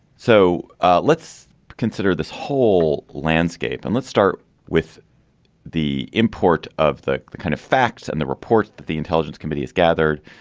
so ah let's consider this whole landscape. and let's start with the import of the the kind of facts in and the report that the intelligence committee has gathered.